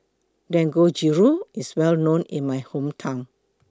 Dangojiru IS Well known in My Hometown